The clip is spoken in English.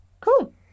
Cool